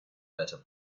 better